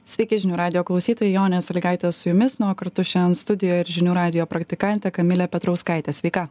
sveiki žinių radijo klausytojai jonė salygaitė su jumis na o kartu šian studijoje ir žinių radijo praktikantė kamilė petrauskaitė sveika